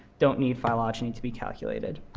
don't need phylogeny to be calculated.